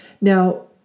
Now